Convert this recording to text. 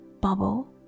bubble